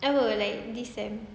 apa like this sem